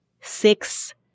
six